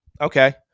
Okay